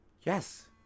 Yes